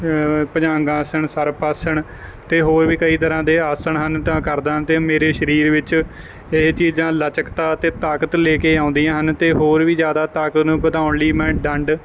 ਭੁਝੰਗ ਆਸਣ ਸਰਪ ਆਸਣ ਅਤੇ ਹੋਰ ਵੀ ਕਈ ਤਰ੍ਹਾਂ ਦੇ ਆਸਣ ਹਨ ਤਾਂ ਕਰਦਾ ਹਾਂ ਅਤੇ ਮੇਰੇ ਸਰੀਰ ਵਿੱਚ ਇਹ ਚੀਜ਼ਾਂ ਲਚਕਤਾ ਅਤੇ ਤਾਕਤ ਲੈ ਕੇ ਆਉਂਦੀਆਂ ਹਨ ਅਤੇ ਹੋਰ ਵੀ ਜ਼ਿਆਦਾ ਤਾਕਤ ਨੂੰ ਵਧਾਉਣ ਲਈ ਮੈਂ ਡੰਡ